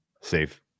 safe